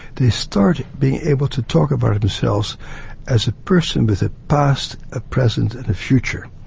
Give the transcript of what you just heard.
they start being able to talk about themselves as a person with a past, a present and a future.